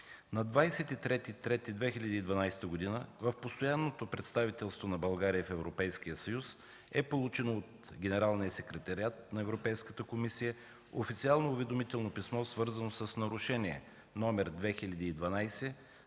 На 23 март 2012 г. в Постоянното представителство на България в Европейския съюз е получено от Генералния секретариат на Европейската комисия официално уведомително писмо, свързано с нарушение, №